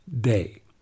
day